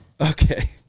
Okay